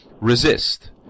resist